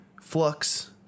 flux